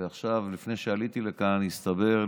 ועכשיו, לפני שעליתי לכאן, הסתבר לי,